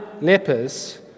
lepers